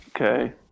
Okay